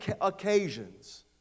occasions